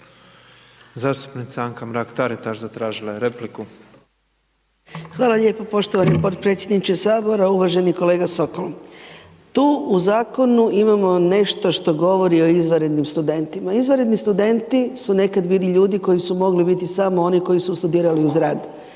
Zastupnica Anka Mrak-Taritaš zatražila je repliku. **Mrak-Taritaš, Anka (GLAS)** Hvala lijepo potpredsjedniče Sabora. Uvaženi kolega Sokol, tu u zakonu imamo nešto što govori o izvanrednim studentima, izvanredni studenti su nekad bili ljudi koji su mogli biti samo oni koji su studirali uz rad.